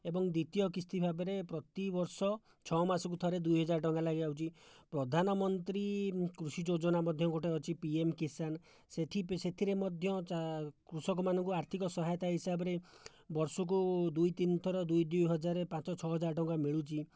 ଏବଂ ଦ୍ଵିତୀୟ କିସ୍ତି ଭାବରେ ପ୍ରତି ବର୍ଷ ଛଅ ମାସକୁ ଥରେ ଦୁଇହଜାର ଟଙ୍କା ଲେଖାଏଁ ଆସୁଛି ପ୍ରଧାନ ମନ୍ତ୍ରୀ କୃଷି ଯୋଜନା ମଧ୍ୟ ଗୋଟିଏ ଅଛି ପିଏମ୍ କିଷାନ ସେଥି ସେଥିରେ ମଧ୍ୟ କୃଷକମାନଙ୍କୁ ଆର୍ଥିକ ସହାୟତା ହିସାବରେ ବର୍ଷକୁ ଦୁଇ ତିନି ଥର ଦୁଇ ଦୁଇ ହଜାର ପାଞ୍ଚ ଛଅହଜାର ଟଙ୍କା ମିଳୁଛି